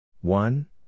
One